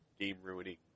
game-ruining